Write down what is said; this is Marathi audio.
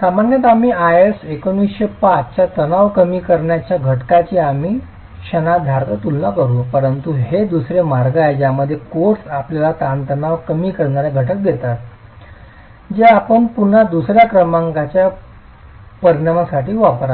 सामान्यत आम्ही IS 1905 च्या तणाव कमी करण्याच्या घटकांची आम्ही क्षणार्धात तुलना करू परंतु हे दुसरे मार्ग आहे ज्यामध्ये कोड्स आपल्याला ताणतणाव कमी करणारे घटक देतात जे आपण पुन्हा दुसर्या क्रमांकाच्या परिणामासाठी वापरावेत